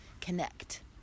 connect